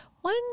One